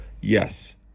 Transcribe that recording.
Yes